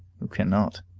who cannot,